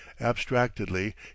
Abstractedly